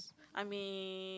I mean